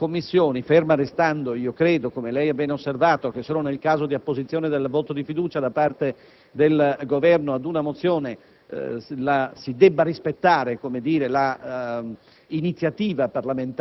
sull'ordine da assegnare alle mozioni (ferma restando, come lei ha bene osservato, che solo nel caso di apposizione del voto di fiducia da parte del Governo su una mozione si debba rispettare, per